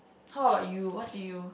how about you what do you